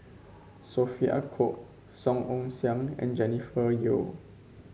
Sophia Cooke Song Ong Siang and Jennifer Yeo